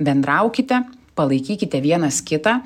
bendraukite palaikykite vienas kitą